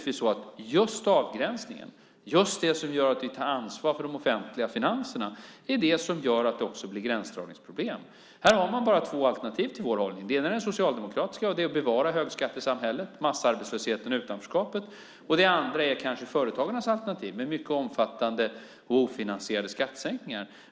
Just avgränsningen - det som gör att vi tar ansvar för de offentliga finanserna - är det som gör att det också blir gränsdragningsproblem. Här har man bara två alternativ till vår hållning. Det ena är det socialdemokratiska - att bevara högskattesamhället, massarbetslösheten och utanförskapet. Det andra är kanske företagarnas alternativ, med mycket omfattande och ofinansierade skattesänkningar.